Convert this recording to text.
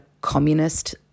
communist